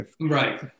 Right